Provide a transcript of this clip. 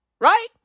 Right